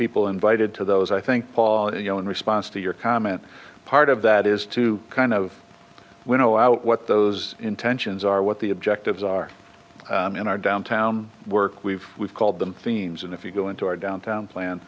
people invited to those i think paul you know in response to your comment part of that is to kind of winnow out what those intentions are what the objectives are in our downtown work we've we've called them themes and if you go into our downtown plan